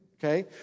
Okay